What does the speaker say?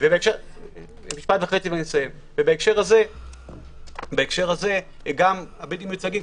בהקשר הזה גם הבלתי-מיוצגים,